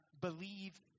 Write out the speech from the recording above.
believe